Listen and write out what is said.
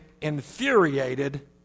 infuriated